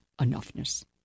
enoughness